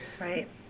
Right